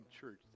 church